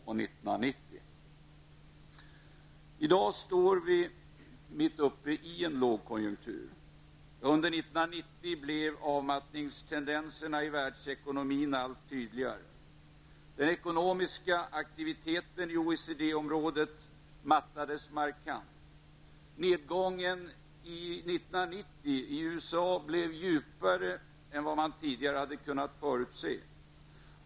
I dag står Sverige mitt uppe i en lågkonjunktur. Under 1990 blev avmattningstendenserna i världsekonomin allt tydligare. Den ekonomiska aktiviteten i OECD-området mattades markant. Nedgången i USA under 1990 blev djupare än vad man tidigare hade kunnat förutse.